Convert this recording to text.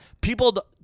people